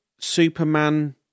Superman